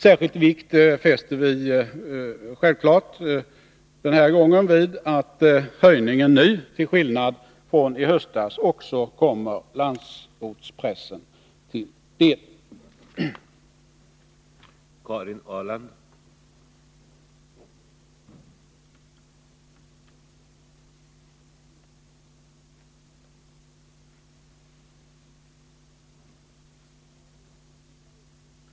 Särskild vikt fäster vi självklart vid att höjningen nu — till skillnad från i höstas — också kommer landsortspressen till del.